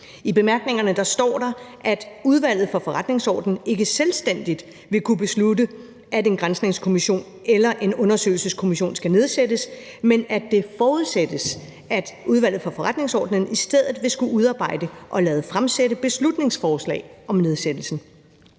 I bemærkningerne står der, at Udvalget for Forretningsordenen ikke selvstændigt vil kunne beslutte, at en granskningskommission eller en undersøgelseskommission skal nedsættes, men at det forudsættes, at Udvalget for Forretningsordenen i stedet vil skulle udarbejde og lade fremsætte beslutningsforslag om nedsættelsen.